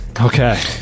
Okay